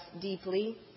deeply